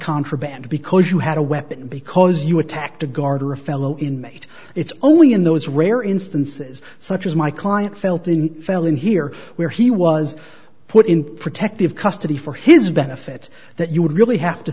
contraband because you had a weapon because you attacked a guard or a fellow inmate it's only in those rare instances such as my client felt in failing here where he was put in protective custody for his benefit that you would really